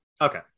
Okay